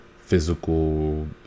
physical